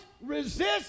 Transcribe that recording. resist